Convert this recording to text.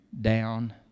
down